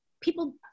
people